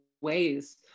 ways